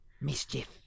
Mischief